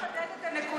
רק לחדד את הנקודה.